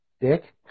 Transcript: Dick